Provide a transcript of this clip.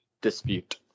dispute